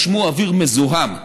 נשמו אוויר מזוהם.